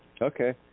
okay